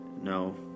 No